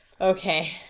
Okay